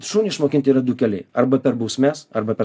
šunį išmokint yra du keliai arba per bausmes arba per